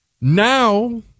now